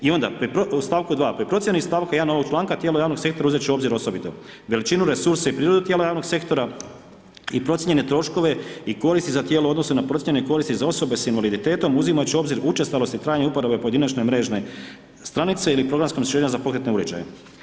I onda u st. 2: Pri procjeni iz st. 1 ovog članka, tijelo javnog sektora uzet će u obzir osobito veličinu resursa i prirodu tijela javnog sektora i procijenjene troškove i koristi za tijelo u odnosu na procjene koristi za osobe s invaliditetom, uzimat će u obzir učestalost i trajanje uporabe pojedinačne mrežne stranice ili programska rješenja za pokretne uređaje.